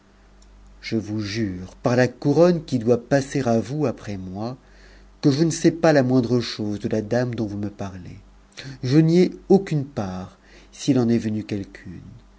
je vous jure par la couronne qui doit passer à vous après moi que je sats pas la moindre chose de la dame dont vous me parlez je n'y ai m'uue part s'il en est venu